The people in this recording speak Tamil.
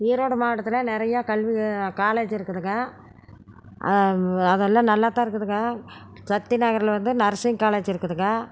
ஈரோடு மாவட்டத்தில் நிறைய கல்வி காலேஜ் இருக்குதுங்க அதெல்லாம் நல்லா தான் இருக்குதுங்க சக்தி நகரில் வந்து நர்சிங் காலேஜ் இருக்குதுங்க